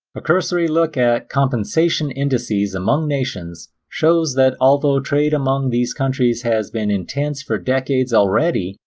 a cursory look at compensation indices among nations shows that although trade among these countries has been intense for decades already,